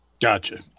gotcha